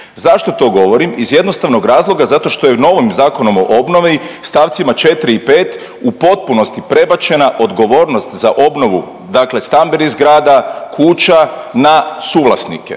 Zašto to govorim? Iz jednostavnog razloga zato što je u novom Zakonu o obnovi stavcima 4. i 5. u potpunosti prebačena odgovornost za obnovu stambenih zgrada, kuća na suvlasnike,